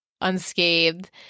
unscathed